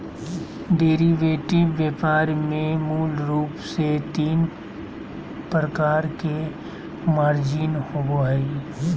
derivative व्यापार में मूल रूप से तीन प्रकार के मार्जिन होबो हइ